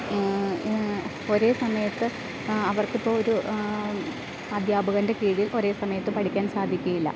ഒരേ സമയത്ത് അവർക്ക് ഇപ്പോൾ ഒരു അധ്യാപകൻ്റെ കീഴിൽ ഒരേ സമയത്ത് പഠിക്കാൻ സാധിക്കയില്ല